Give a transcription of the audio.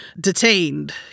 detained